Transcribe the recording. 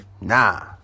Nah